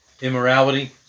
Immorality